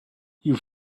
you